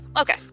okay